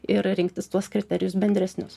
ir rinktis tuos kriterijus bendresnius